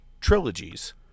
trilogies